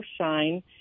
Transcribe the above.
shine